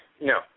No